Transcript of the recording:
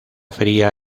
fría